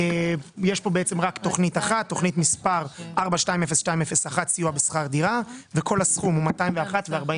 היו כ-900 דירות, ואוכלסו עם העלייה מאוקראינה.